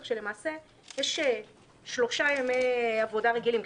כך שלמעשה יש שלושה ימי עבודה רגילים,